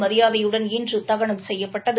மரியாதையுடன் இன்று தகனம் செய்யப்பட்டது